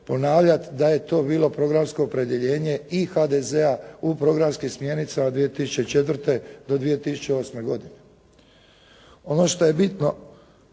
ponavljati da je to bilo programsko opredjeljenje i HDZ-a u programskim smjernicama 2004. do 2008. godine. Ono što je bitno